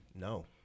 No